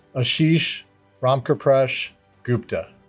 ashish ramprakash gupta